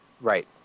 Right